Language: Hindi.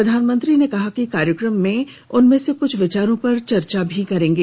प्रधानमंत्री ने कहा कि कार्यक्रम में उनमें से कुछ विचारों पर चर्चा भी करेंगे